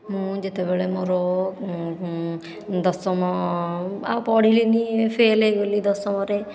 ମୁଁ ଯେତେବେଳେ ମୋର ଦଶମ ଆଉ ପଢ଼ିଲିନି ଫେଲ ହୋଇଗଲି ଦଶମରେ